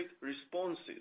responses